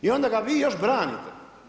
I onda ga vi još branite.